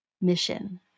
mission